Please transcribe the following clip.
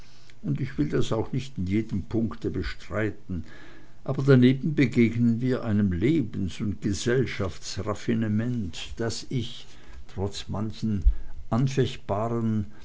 und ich will das auch nicht in jedem punkte bestreiten aber daneben begegnen wir einem lebens und gesellschaftsraffinement das ich trotz manchem anfechtbaren